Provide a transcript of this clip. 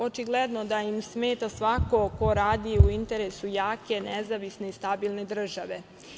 Očigledno da im smeta svako ko radi u interesu jake, nezavisne i stabilne države.